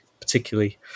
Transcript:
particularly